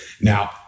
Now